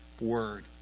Word